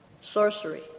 sorcery